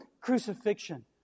crucifixion